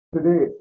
Today